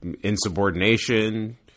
insubordination